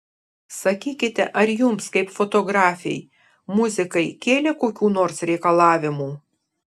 sakykite ar jums kaip fotografei muzikai kėlė kokių nors reikalavimų